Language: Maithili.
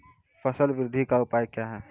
फसल बृद्धि का उपाय क्या हैं?